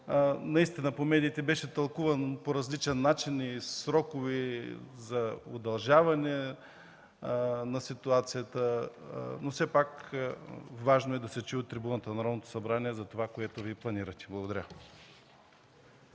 Наистина по медиите беше тълкувано по различен начин – и срокове за удължаване на ситуацията. Все пак важно е да се чуе от трибуната на Народното събрание за това, което Вие планирате. Благодаря.